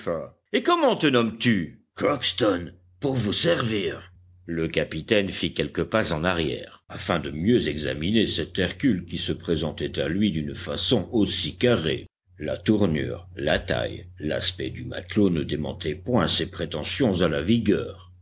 et comment te nommes tu crockston pour vous servir e capitaine fit quelques pas en arrière afin de mieux examiner cet hercule qui se présentait à lui d'une façon aussi carrée la tournure la taille l'aspect du matelot ne démentaient point ses prétentions à la vigueur